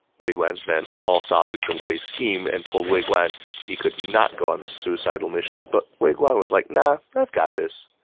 wei guan's men all told saw through zhong hui's scheme and told wei guan he could not go on this suicidal mission, but wei guan was like, nah, i've got this.